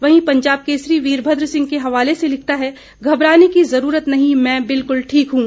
वहीं पंजाब केसरी वीरभद्र सिंह के हवाले से लिखता है घबराने की जरूरत नहीं मैं बिल्कुल ठीक हूं